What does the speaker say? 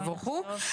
תבורכו.